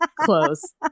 Close